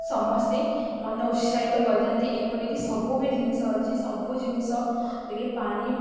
ସମସ୍ତେ ମନ ଉତ୍ସାହିତ କରିଥାନ୍ତି ଏପରିକି ସବୁ ବି ଜିନିଷ ଅଛି ସବୁ ଜିନିଷ ଯାକ ପାଣି